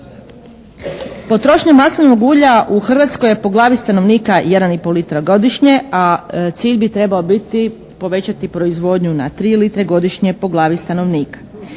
Potrošnja maslinovog ulja u Hrvatskoj je po glavi stanovnika 1 i pol litara godišnje, a cilj bi trebao biti povećati proizvodnju na 3 litre godišnje po glavi stanovnika